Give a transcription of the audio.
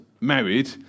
married